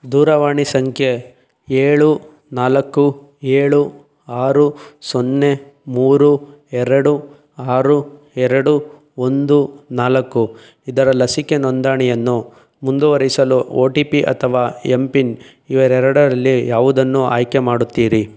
ದೂರವಾಣಿ ಸಂಖ್ಯೆ ಏಳು ನಾಲ್ಕು ಏಳು ಆರು ಸೊನ್ನೆ ಮೂರು ಎರಡು ಆರು ಎರಡು ಒಂದು ನಾಲ್ಕು ಇದರ ಲಸಿಕೆ ನೋಂದಣಿಯನ್ನು ಮುಂದುವರಿಸಲು ಓ ಟಿ ಪಿ ಅಥವಾ ಎಂ ಪಿನ್ ಇವರಡರಲ್ಲಿ ಯಾವುದನ್ನು ಆಯ್ಕೆ ಮಾಡುತ್ತೀರಿ